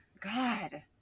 god